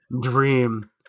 dream